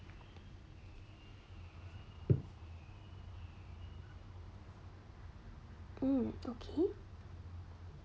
mm okay